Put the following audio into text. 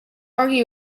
argue